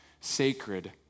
sacred